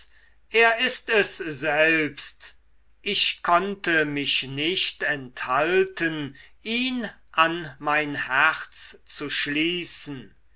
er ist es selbst ich konnte mich nicht enthalten ihn an mein herz zu schließen